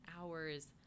hours